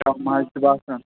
کَم حظ چھُ باسان